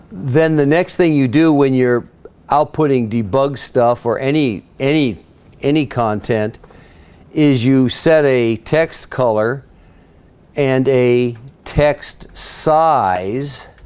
then the next thing you do when you're outputting debug stuff or any any any content is you set a text color and a text size